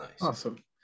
Awesome